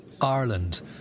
Ireland